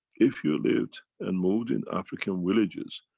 if you lived and moved in african villages,